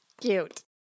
Cute